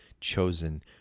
chosen